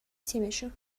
تیمشون